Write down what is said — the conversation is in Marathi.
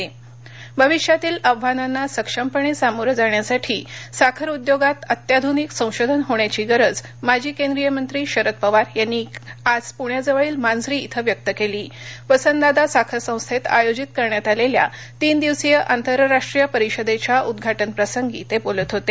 साखर परिषद भविष्यातील आव्हानांना सक्षम पणे सामोरं जाण्यासाठी साखर उद्योगात अत्याधुनिक संशोधन होण्याची गरज माजी केंद्रीय मंत्री शरद पवार यांनी काल पुण्याजवळील मांजरी इथं व्यक्त केलं वसंतदादा साखर संस्थेत आयोजित करण्यात आलेल्या तीन दिवसीय आंतरराष्ट्रीय परिषदेच्या उद्घाटन प्रसंगी ते बोलत होते